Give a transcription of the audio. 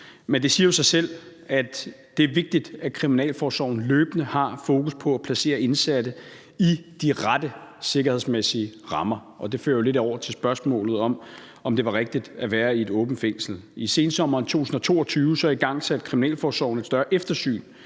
Men det siger sig selv, at det er vigtigt, at kriminalforsorgen løbende har fokus på at placere indsatte i de rette sikkerhedsmæssige rammer, og det fører os jo lidt over til spørgsmålet om, om det var rigtigt, at sætte den indsatte i et åbent fængsel. I sensommeren 2022 igangsatte kriminalforsorgen et større eftersyn